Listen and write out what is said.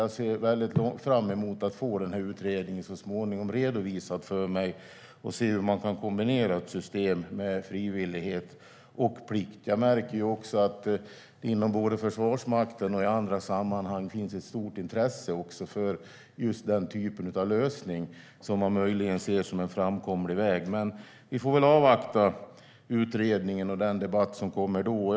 Jag ser fram emot att så småningom få utredningen redovisad för mig för att se hur vi kan kombinera ett system med frivillighet och plikt. Jag märker att det både inom Försvarsmakten och i andra sammanhang finns ett stort intresse för just den typen av lösning. Den ses möjligen som en framkomlig väg. Vi får väl avvakta utredningen och den debatt som då blir.